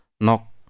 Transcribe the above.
nok